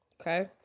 Okay